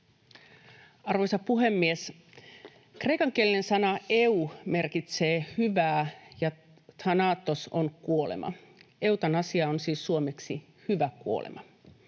Arvoisa puhemies! Kreikankielinen sana ”eu” merkitsee hyvää, ja ”thanatos” on kuolema. Eutanasia on siis suomeksi ”hyvä kuolema”.